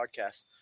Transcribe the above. podcast